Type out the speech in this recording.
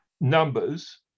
numbers